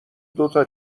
دوتا